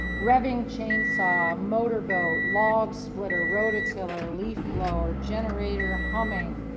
revving chain saw, motor boat, log splitter, roto tiller, leaf blower, generator humming,